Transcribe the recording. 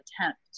attempt